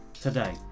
today